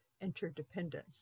interdependence